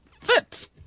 Fit